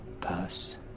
Pass